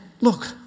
look